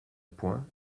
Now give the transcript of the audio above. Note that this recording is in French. point